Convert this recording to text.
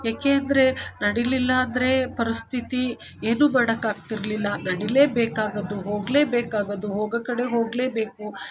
ಯಾಕೆ ಅಂದರೆ ನಡೀಲಿಲ್ಲಾಂದರೆ ಪರಿಸ್ಥಿತಿ ಏನು ಮಾಡಕ್ಕೆ ಆಗ್ತಿರಲಿಲ್ಲ ನಡಿಲೇಬೇಕಾಗದು ಹೋಗಲೇಬೇಕಾಗದು ಹೋಗೋ ಕಡೆ ಹೋಗಲೇ ಬೇಕು